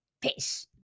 Peace